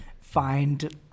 find –